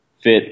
fit